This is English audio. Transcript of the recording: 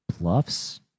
bluffs